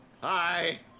hi